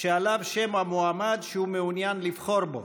שעליו שם המועמד שהוא מעוניין לבחור בו.